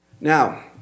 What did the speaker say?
Now